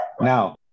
Now